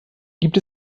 gibt